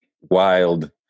wild